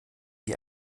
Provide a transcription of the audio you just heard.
wie